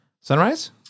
Sunrise